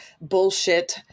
bullshit